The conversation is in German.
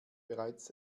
bereits